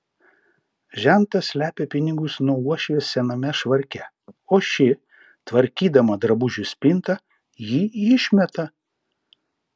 žentas slepia pinigus nuo uošvės sename švarke o ši tvarkydama drabužių spintą jį išmeta